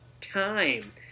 time